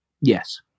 Yes